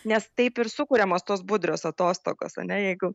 nes taip ir sukuriamos tos budrios atostogos ane jeigu